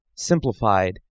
simplified